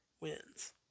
wins